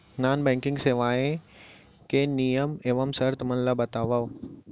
non banking सेवाओं के नियम एवं शर्त मन ला बतावव